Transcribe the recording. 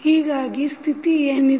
ಹೀಗಾಗಿ ಸ್ಥಿತಿ ಏನಿದೆ